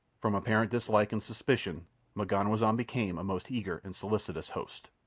from apparent dislike and suspicion m'ganwazam became a most eager and solicitous host.